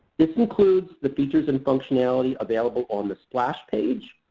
this includes the features and functionality available on the splash page,